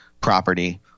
property –